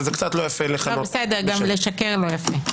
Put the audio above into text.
אבל זה קצת לא יפה לכנות --- גם לשקר לא יפה.